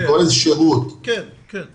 בוודאי.